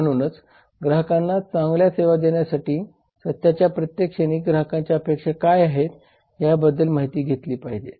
म्हणूनच ग्राहकांना चांगल्या सेवा देण्यासाठी सत्याच्या प्रत्येक क्षणी ग्राहकांच्या अपेक्षा काय आहेत याबद्दल आपण माहिती एकत्रित केली पाहिजे